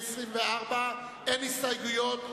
24, משרד הבריאות, לשנת 2009. אין הסתייגויות.